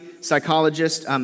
psychologist